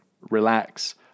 relax